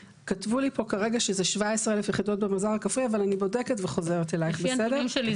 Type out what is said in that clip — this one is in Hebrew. יש היום 680 תאגידים עירוניים במדינה, גם זה